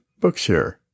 Bookshare